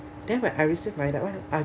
then when I received my that one I